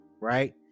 right